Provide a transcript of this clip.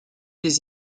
des